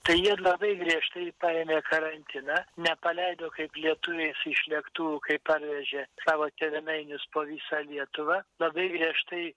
tai ir labai griežtai parėmė karantiną nepaleido kaip lietuviai iš lėktuvų kaip parvežė savo tėvynainius po visą lietuvą labai griežtai